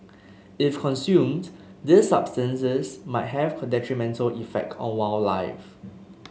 if consumed these substances might have detrimental effect on wildlife